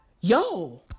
yo